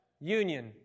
union